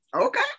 Okay